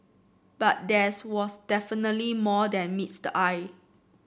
but there's was definitely more than meets the eye